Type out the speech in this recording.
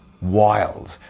wild